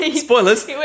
spoilers